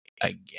again